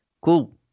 Cool